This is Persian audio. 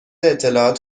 اطلاعات